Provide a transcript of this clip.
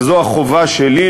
וזו החובה שלי,